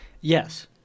Yes